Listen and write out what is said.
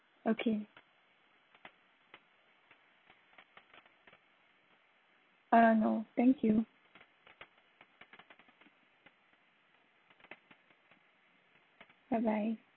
okay uh no thank you bye bye